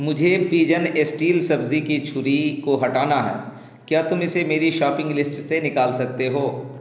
مجھے پیجن اسٹیل سبزی کی چھری کو ہٹانا ہے کیا تم اسے میری شاپنگ لسٹ سے نکال سکتے ہو